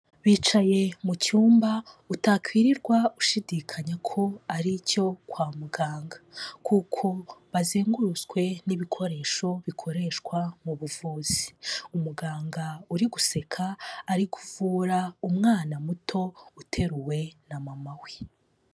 Bicaye mu cyumba utakwirirwa ushidikanya ko ari icyo kwa muganga kuko bazengurutswe n'ibikoresho bikoreshwa mu buvuzi, umuganga uri guseka ari kuvura umwana muto uteruwe na mama we.